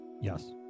yes